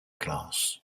glass